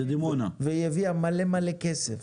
והיא הביאה מלא מלא כסף,